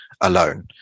alone